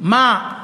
מה,